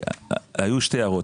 היו שתי הערות.